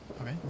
Okay